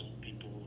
people